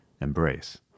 embrace